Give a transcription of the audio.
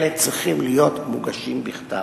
אלה צריכים להיות מוגשים בכתב.